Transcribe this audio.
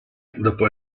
dopo